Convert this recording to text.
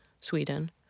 Sweden